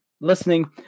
listening